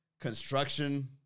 construction